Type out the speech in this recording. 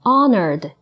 Honored